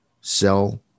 sell